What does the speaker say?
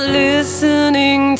listening